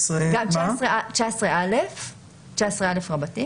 19א רבתי